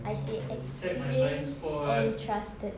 I say experienced and trusted